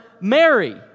Mary